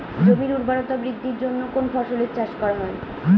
জমির উর্বরতা বৃদ্ধির জন্য কোন ফসলের চাষ করা হয়?